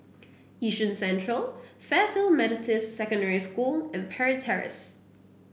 Yishun Central Fairfield Methodist Secondary School and Parry Terrace